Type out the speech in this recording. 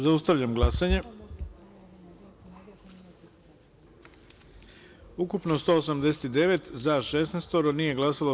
Zaustavljam glasanje: ukupno – 189, za – 16, nije glasalo – 173.